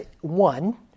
one